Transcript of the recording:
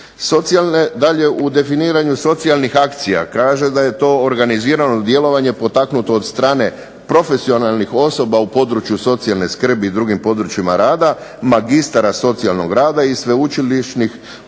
Socijalne dalje u definiranju socijalnih akcija kaže da je to organizirano djelovanje potaknuto od strane profesionalnih osoba u području socijalne skrbi i drugim područjima rada, magistara socijalnog rada i sveučilišnih